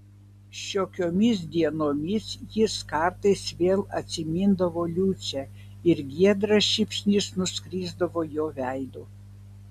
šiokiomis dienomis jis kartais vėl atsimindavo liucę ir giedras šypsnys nuskrisdavo jo veidu